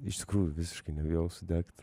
iš tikrųjų visiškai nebijau sudegt